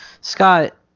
scott